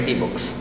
books